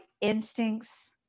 instincts